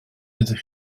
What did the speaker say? ydych